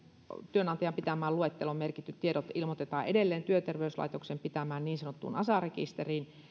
työnantajan pitämään luetteloon merkityt tiedot ilmoitetaan edelleen työterveyslaitoksen pitämään niin sanottuun asa rekisteriin